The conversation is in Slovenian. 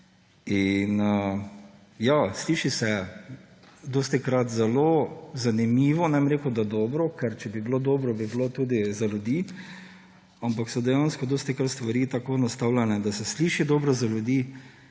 Ja, dostikrat se sliši zelo zanimivo. Ne bom rekel, da dobro, ker če bi bilo dobro, bi bilo tudi za ljudi, ampak so dejansko dostikrat stvari tako nastavljene, da se sliši dobro za ljudi,